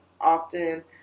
often